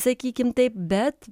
sakykim taip bet